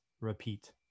repeat